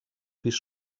pis